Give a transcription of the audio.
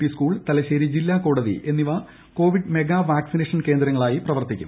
P school Thalassery ജില്ലാ കോടതി എന്നിവ കോവിഡ് മെഗാ വാക്സിനേഷൻ കേന്ദ്രങ്ങളായി പ്രവർത്തിക്കും